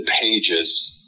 pages